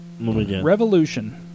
Revolution